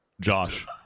Josh